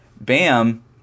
bam